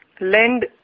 lend